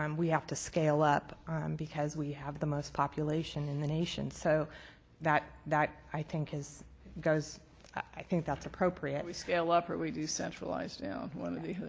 um we have to scale up because we have the most population in the nation. so that that i think goes i think that's appropriate. we scale up or we decentralize down, one of the